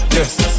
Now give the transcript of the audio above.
Yes